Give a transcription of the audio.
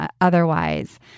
otherwise